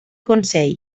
consell